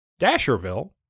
dasherville